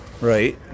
Right